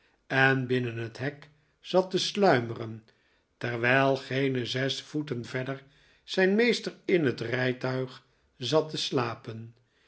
en binnen het hek zat te sluimeren terwijl geene zes voeten verder zijn meester in het rijtuig zat te slapen